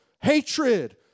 hatred